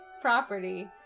property